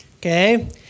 okay